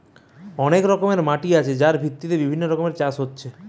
অনেক রকমের মাটি আছে যার ভিত্তিতে বিভিন্ন রকমের চাষ হচ্ছে